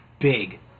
big